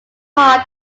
part